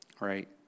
Right